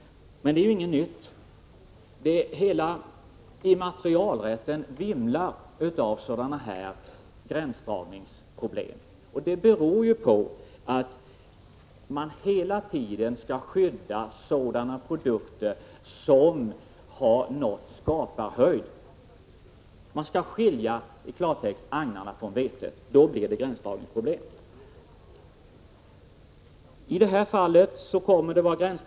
Men det är ju ingenting nytt. Hela immaterialrätten vimlar av sådana gränsdragningsproblem. Det beror på att man hela tiden skall skydda sådana produkter som nått ”skaparhöjd”. Eller, i klartext: Man skall skilja agnarna från vetet. Då uppkommer naturligtvis gränsdragningsproblem. Det kan gälla gränsen mellan olika lagar.